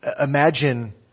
imagine